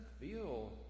feel